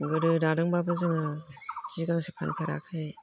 गोदो दादोंब्लाबो जोङो जि गांसे फानफेराखै